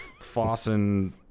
Fossen